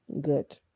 Good